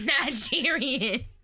Nigerian